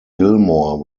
gilmore